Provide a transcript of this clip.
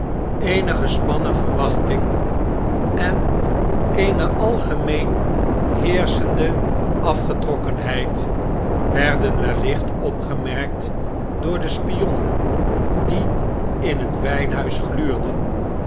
eene gespannen verwachting en eene algemeen heerschende afgetrokkenheid werden wellicht opgemerkt door de spionnen die in het wijnhuis gluurden